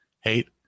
hate